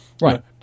Right